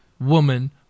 woman